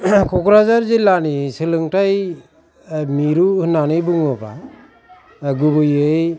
क'क्राझार जिलानि सोलोंथाय मिरु होनानै बुङोबा गुबैयै